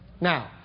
Now